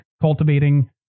cultivating